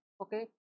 okay